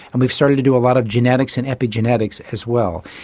and we've started to a lot of genetics and epigenetics as well.